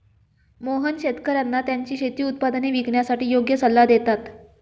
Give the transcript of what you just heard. मोहन शेतकर्यांना त्यांची शेती उत्पादने विकण्यासाठी योग्य सल्ला देतात